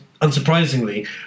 unsurprisingly